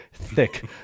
thick